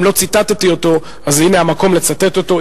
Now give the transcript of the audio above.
אם לא ציטטתי אותו, אז הנה המקום לצטט אותו.